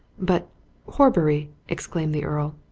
but horbury? exclaimed the earl.